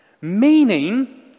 meaning